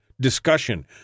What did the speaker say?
discussion